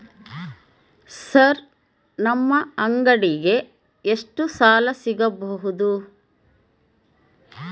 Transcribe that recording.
Sir ನಮ್ಮ ಅಂಗಡಿಗೆ ಎಷ್ಟು ಸಾಲ ಸಿಗಬಹುದು?